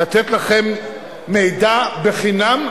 לתת לכם מידע בחינם,